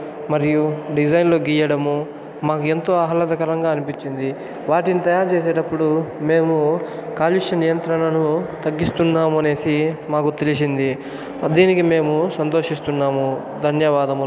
మరియు డిజైన్లు గీయడము మాకు ఎంతో ఆహ్లాదకరంగా అనిపించింది వాటిని తయారు చేసేటపుడు మేము కాలుష్య నియంత్రణను తగ్గిస్తున్నాం అనేసి మాకు తెలిసింది దీనికి మేము సంతోషిస్తున్నాము ధన్యవాదాములు